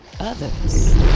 Others